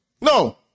No